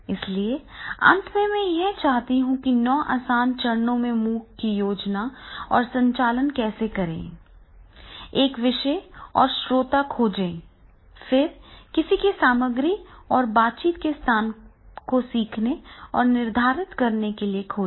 इसलिए अंत में मैं यह चाहता हूं कि 9 आसान चरणों में MOOC की योजना और संचालन कैसे करें एक विषय और श्रोता खोजें फिर किसी को सामग्री और बातचीत के स्थान को सिखाने और निर्धारित करने के लिए खोजें